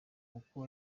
kuko